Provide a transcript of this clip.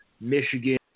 Michigan